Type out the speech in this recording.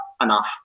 enough